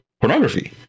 pornography